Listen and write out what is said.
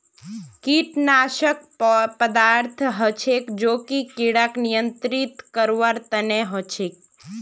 कीटनाशक पदार्थ हछेक जो कि किड़ाक नियंत्रित करवार तना हछेक